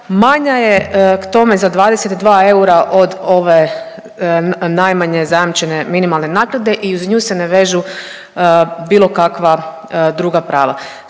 manja je k tome za 22 eura od ove najmanje zajamčene minimalne naknade i uz nju se ne vežu bilo kakva druga prava.